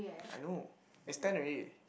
I know it's ten already